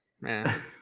Man